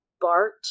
Bart